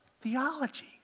theology